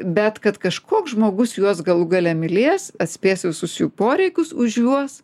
bet kad kažkoks žmogus juos galų gale mylės atspės visus jų poreikius už juos